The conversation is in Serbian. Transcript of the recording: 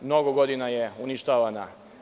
Mnogo godina je uništavana.